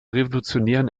revolutionären